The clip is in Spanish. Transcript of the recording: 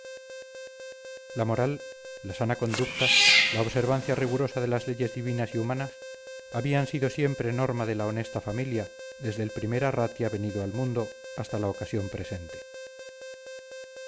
la moral la sana conducta la observancia rigurosa de las leyes divinas y humanas habían sido siempre norma de la honesta familia desde el primer arratia venido al mundo hasta la ocasión presente